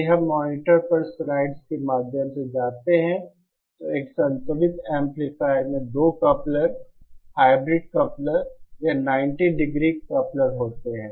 यदि हम मॉनिटर पर स्लाइड्स के माध्यम से जाते हैं तो एक संतुलित एम्पलीफायर में 2 कपलर हाइब्रिड कपलर या 90 डिग्री कपलर होते हैं